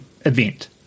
event